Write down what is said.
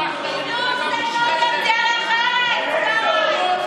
ברחת למפלגה מושחתת, ברחת